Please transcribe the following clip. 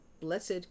blessed